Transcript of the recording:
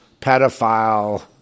pedophile